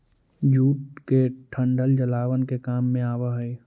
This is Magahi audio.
जूट के डंठल जलावन के काम भी आवऽ हइ